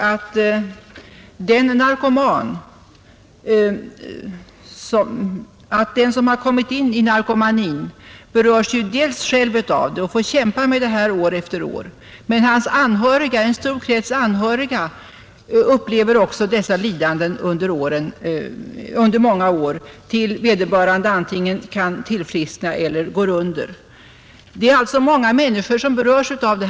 När en människa hamnat i narkomani berörs inte bara vederbörande själv utan även en stor krets av hans anhöriga upplever också dessa lidanden under många år tills vederbörande antingen tillfrisknar eller går under. Det är alltså många människor som berörs av narkotikaproblemet.